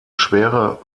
schwere